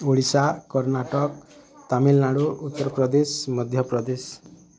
Odisha Karnataka Tamil Nadu Uttar Pradesh Madhya Pradesh